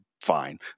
Fine